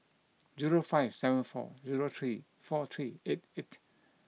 zero five seven four zero three four three eight eight